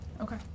Okay